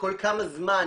כל כמה זמן,